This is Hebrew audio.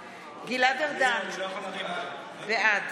ארדן, בעד